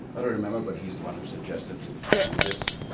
i don't remember, but he's the one who suggested to do this.